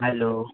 hello